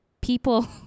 People